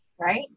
right